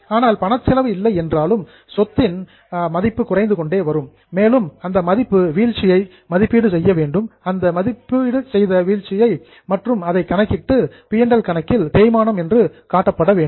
ஆனால் பண செலவு இல்லை என்றாலும் சொத்தின் ஃபால் இன் வேல்யூ மதிப்பு குறைந்து கொண்டே வரும் மேலும் அந்த மதிப்பு வீழ்ச்சியை மதிப்பீடு செய்ய வேண்டும் மற்றும் அதை கணக்கிட்டு மற்றும் எல் கணக்கில் டெப்ரிசியேஷன் தேய்மானம் என்று காட்டப்பட வேண்டும்